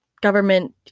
government